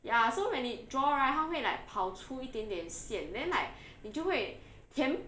ya so when it draw right 它会 like 跑出一点点线 then like 你就会填